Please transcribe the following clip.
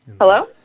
Hello